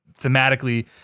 thematically